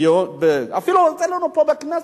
אפילו אצלנו פה בכנסת.